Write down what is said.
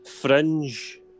fringe